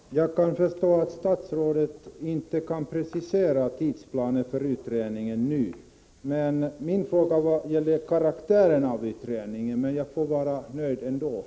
Herr talman! Jag kan förstå att statsrådet inte nu kan precisera tidsplanen för utredningen. Min fråga gällde karaktären på utredningen, men jag får ändå vara nöjd med detta.